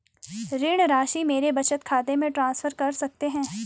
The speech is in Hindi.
ऋण राशि मेरे बचत खाते में ट्रांसफर कर सकते हैं?